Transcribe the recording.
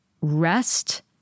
Rest